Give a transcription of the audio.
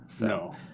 No